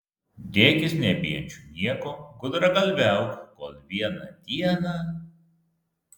dėkis nebijančiu nieko gudragalviauk kol vieną dieną